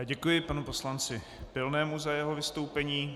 Děkuji panu poslanci Pilnému za jeho vystoupení.